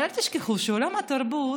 אבל אל תשכחו שעולם התרבות